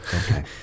Okay